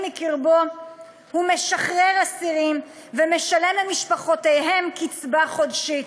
מקרבו הוא משחרר אסירים ומשלם למשפחותיהם קצבה חודשית,